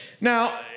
Now